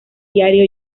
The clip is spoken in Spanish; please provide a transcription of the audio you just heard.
diario